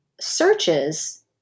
searches